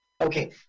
Okay